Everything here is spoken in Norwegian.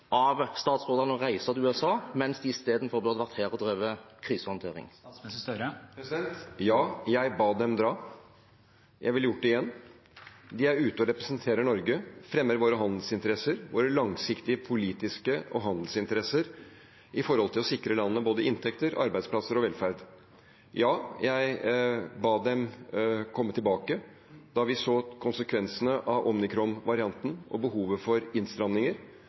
av statsrådene å reise til USA mens de istedenfor burde vært her og drevet krisehåndtering. Ja, jeg ba dem dra. Jeg ville gjort det igjen. De er ute og representerer Norge, fremmer våre handelsinteresser, våre langsiktige politiske interesser og handelsinteresser når det gjelder å sikre landet både inntekter, arbeidsplasser og velferd. Ja, jeg ba dem komme tilbake da vi så konsekvensene av omikronvarianten og behovet for innstramninger